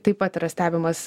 taip pat yra stebimas